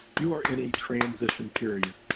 you are in a transition period.